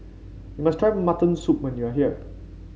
you must try Mutton Soup when you are here